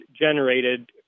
generated